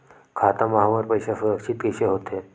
खाता मा हमर पईसा सुरक्षित कइसे हो थे?